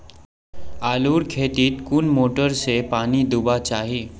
आलूर खेतीत कुन मोटर से पानी दुबा चही?